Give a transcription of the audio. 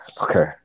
Okay